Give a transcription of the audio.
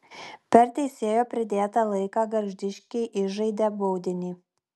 per teisėjo pridėtą laiką gargždiškiai įžaidė baudinį